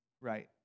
Right